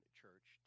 church